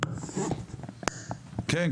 כן,